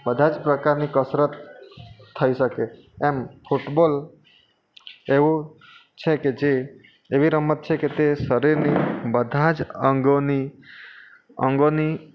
બધાં જ પ્રકારની કસરત થઈ શકે એમ ફૂટબોલ એવું છે કે જે એવી રમત છે કે તે શરીરની બધા જ અંગોની અંગોની